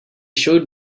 showed